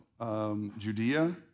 Judea